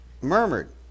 murmured